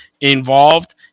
involved